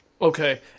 Okay